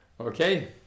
Okay